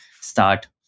start